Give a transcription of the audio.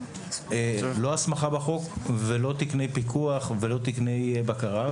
לא הסמכה בחוק ולא תקני פיקוח ולא תקני בקרה,